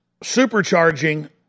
supercharging